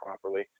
properly